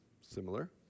Similar